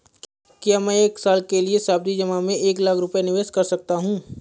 क्या मैं एक साल के लिए सावधि जमा में एक लाख रुपये निवेश कर सकता हूँ?